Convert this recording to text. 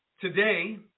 today